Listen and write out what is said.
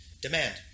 demand